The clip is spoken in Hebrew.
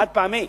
חד פעמי,